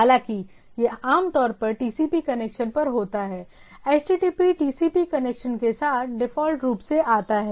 हालाँकि यह आमतौर पर TCP कनेक्शन पर होता है HTTP TCP कनेक्शन के साथ डिफ़ॉल्ट रूप से आता है